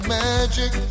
magic